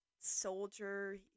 soldier